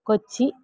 Kochi